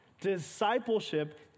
Discipleship